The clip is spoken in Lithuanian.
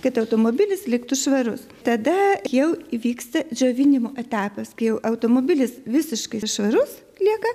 kad automobilis liktų švarus tada jau vyksta džiovinimo etapas kai jau automobilis visiškai švarus lieka